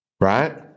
Right